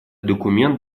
документ